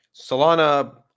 Solana